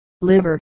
liver